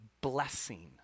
blessing